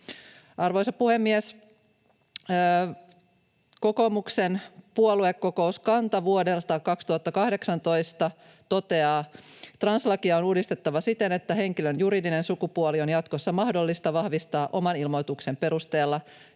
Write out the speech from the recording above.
Arvoisa puhemies! Kokoomuksen puoluekokouskanta vuodelta 2018 toteaa: ”Translakia on uudistettava siten, että henkilön juridinen sukupuoli on jatkossa mahdollista vahvistaa oman ilmoituksen perusteella